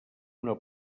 una